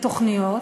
בתוכניות,